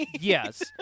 yes